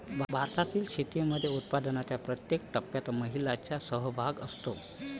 भारतातील शेतीमध्ये उत्पादनाच्या प्रत्येक टप्प्यात महिलांचा सहभाग असतो